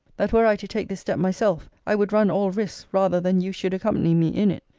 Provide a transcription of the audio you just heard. that were i to take this step myself, i would run all risks rather than you should accompany me in it.